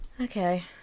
Okay